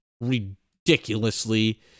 ridiculously